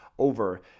Over